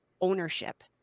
ownership